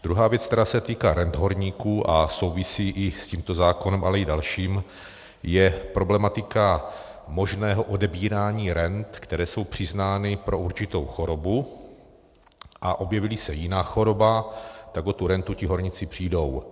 Druhá věc, která se týká rent horníků a souvisí i s tímto zákonem, ale i dalším, je problematika možného odebírání rent, které jsou přiznány pro určitou chorobu, a objevíli se jiná choroba, tak o tu rentu ti horníci přijdou.